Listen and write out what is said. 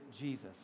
Jesus